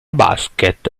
basket